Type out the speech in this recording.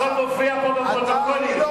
הכול מופיע פה בפרוטוקולים.